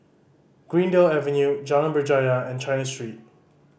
Greendale Avenue Jalan Berjaya and China Street